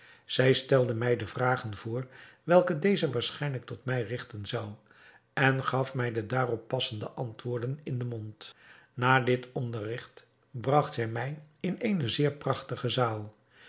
zij stelde mij de vragen voor welke deze waarschijnlijk tot mij rigten zou en gaf mij de daarop passende antwoorden in den mond na dit onderrigt bragt zij mij in eene zeer prachtige zaal